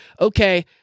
okay